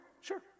sure